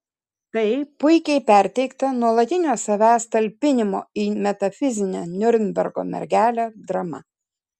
tai puikiai perteikta nuolatinio savęs talpinimo į metafizinę niurnbergo mergelę drama